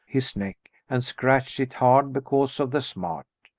his neck, and scratched it hard because of the smart.